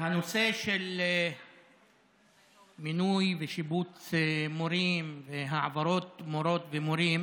הנושא של מינוי ושיבוץ מורים והעברות מורות ומורים